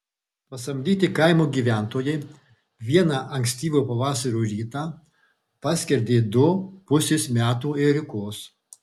pasamdyti kaimo gyventojai vieną ankstyvo pavasario rytą paskerdė du pusės metų ėriukus